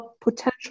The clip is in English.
potential